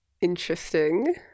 Interesting